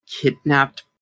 kidnapped